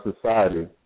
society